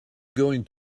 going